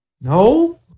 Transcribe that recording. No